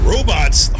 Robots